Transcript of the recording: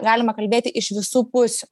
galima kalbėti iš visų pusių